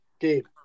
Gabe